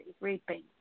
reaping